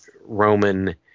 Roman –